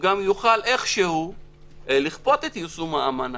וגם יוכל איכשהו לכפות את יישום האמנה,